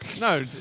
no